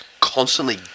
constantly